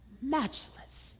matchless